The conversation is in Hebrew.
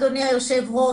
אדוני היו"ר,